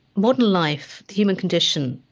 modern life, the human condition,